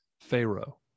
Pharaoh